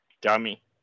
Dummy